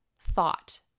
thought